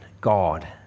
God